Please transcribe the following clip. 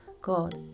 God